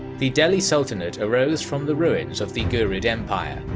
the delhi sultanate arose from the ruins of the ghurid empire,